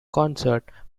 concert